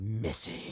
missing